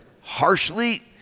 harshly